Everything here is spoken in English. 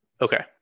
Okay